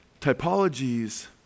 typologies